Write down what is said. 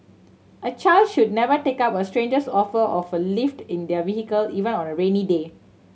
a child should never take up a stranger's offer of a lift in their vehicle even on a rainy day